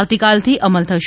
આવતીકાલથી અમલ થશે